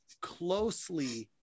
closely